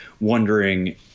wondering